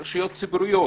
רשויות ציבוריות,